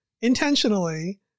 intentionally